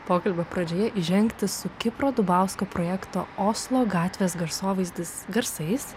pokalbio pradžioje įžengti su kipro dubausko projekto oslo gatvės garsovaizdis garsais